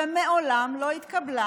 ומעולם לא התקבלה,